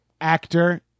actor